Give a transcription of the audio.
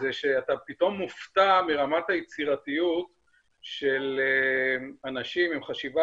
זה שאתה פתאום מופתע מרמת היצירתיות של אנשים עם חשיבה